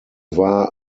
war